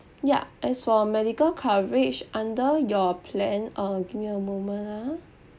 ya as for medical coverage under your plan uh give me a moment ah